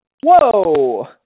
whoa